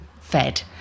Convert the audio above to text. fed